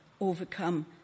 overcome